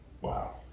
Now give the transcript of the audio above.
Wow